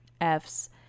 f's